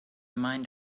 mind